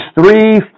three